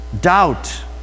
doubt